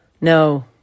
No